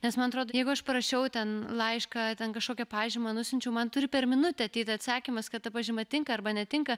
nes man atrodo jeigu aš parašiau ten laišką ten kažkokią pažymą nusiunčiau man turi per minutę ateiti atsakymas kad ta pažyma tinka arba netinka